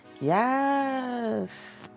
Yes